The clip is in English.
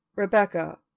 Rebecca